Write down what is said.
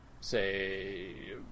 say